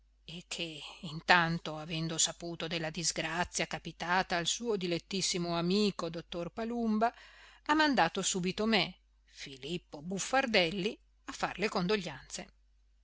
e che intanto avendo saputo della disgrazia capitata al suo dilettissimo amico dottor palumba ha mandato subito me filippo buffardelli a far